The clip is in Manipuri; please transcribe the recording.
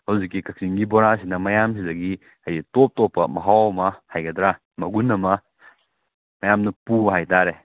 ꯍꯧꯖꯤꯛꯀꯤ ꯀꯥꯛꯆꯤꯡꯒꯤ ꯕꯣꯔꯥꯁꯤꯅ ꯃꯌꯥꯝꯁꯤꯗꯒꯤ ꯍꯥꯏꯗꯤ ꯇꯣꯞ ꯇꯣꯞꯄ ꯃꯍꯥꯎ ꯑꯃ ꯍꯥꯏꯒꯗ꯭ꯔꯥ ꯃꯒꯨꯟ ꯑꯃ ꯃꯌꯥꯝꯅ ꯄꯨꯕ ꯍꯥꯏꯇꯥꯔꯦ